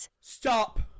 Stop